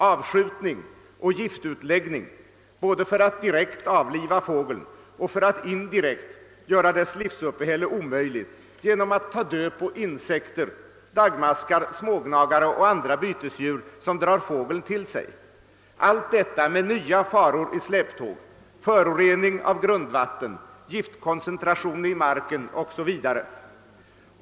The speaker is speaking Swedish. Avskjutning och giftutläggning skall ske både för att direkt avliva fågel och för att indirekt göra dess livsuppehälle omöjligt genom att ta död på insekter, daggmaskar, smågnagare och andra bytesdjur, som drar fågel till sig — allt detta med nya faror i släptåg: förorening av grundvatten, giftkoncentration i marken 0. s. v.